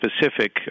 specific